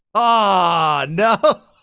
ah, no,